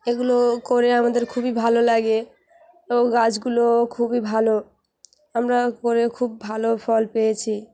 এগুলোও করে আমাদের খুবই ভালো লাগে ও গাছগুলো খুবই ভালো আমরা করে খুব ভালো ফল পেয়েছি